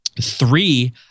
Three